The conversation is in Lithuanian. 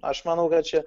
aš manau kad čia